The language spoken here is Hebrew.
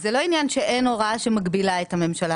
זה לא עניין שאין הוראה שמגבילה את הממשלה,